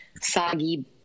soggy